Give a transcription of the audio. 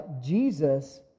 Jesus